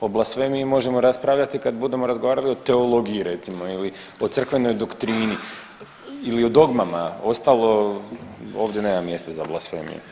O blasfemiji možemo raspravljati kad budemo razgovarali o teologiji recimo ili o crkvenoj doktrini ili o dogmama, ostalo ovdje nema mjesta za blasfemiju.